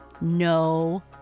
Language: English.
no